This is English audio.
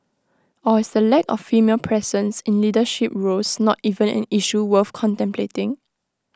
or is the lack of female presence in leadership roles not even an issue worth contemplating